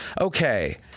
Okay